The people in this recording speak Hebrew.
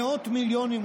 מאות מיליונים,